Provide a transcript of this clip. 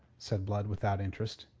said blood, without interest.